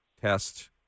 test